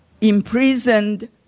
imprisoned